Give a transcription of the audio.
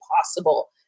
possible